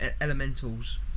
elementals